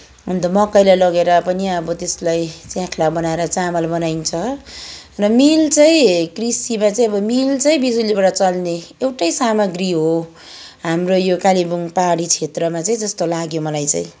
अन्त मकैलाई लगेर पनि अब त्यसलाई च्याख्ला बनाएर चामल बनाइन्छ न मिल चाहिँ कृषिमा चाहिँ अब मिल चाहिँ बिजुलीबाट चल्ने एउटै सामग्री हो हाम्रो यो कालिम्पोङ पाहाडी क्षेत्रमा चाहिँ जस्तो लाग्यो मलाई चाहिँ